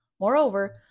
moreover